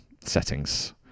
settings